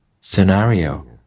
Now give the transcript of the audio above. scenario